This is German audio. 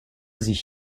sich